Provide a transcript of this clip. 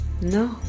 No